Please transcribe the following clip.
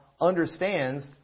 understands